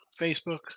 Facebook